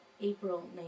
April